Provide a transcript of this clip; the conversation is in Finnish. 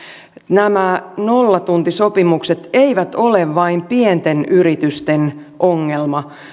nämä nollatuntisopimukset eivät ole vain pienten yritysten ongelma